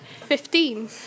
Fifteen